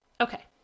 Okay